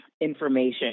information